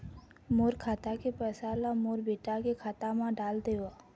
मोर खाता के पैसा ला मोर बेटा के खाता मा डाल देव?